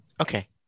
Okay